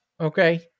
okay